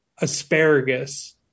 asparagus